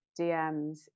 DMs